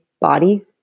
body